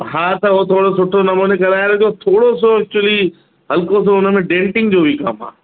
हा त हो थोरो नमूने कराए रखिजो थोरो सो एक्चुली हलिको सो उन में डेनटिंग जो बि कमु आहे